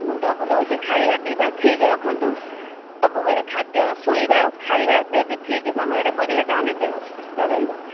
ମୁଣ୍ଡ ବୁଲାଉଛି ଖାଇବା ପିଇବା ଠିକ୍ ରଖନ୍ତୁ ସବୁବେଳେ ଖାଦ୍ୟ ଶୋଇବା ଖାଇବା ସେ ଯଦି ଠିକ୍ ସମୟରେ କରିବେ ତାହାଲେ ଦେହ ସୁସ୍ଥ ରହିବ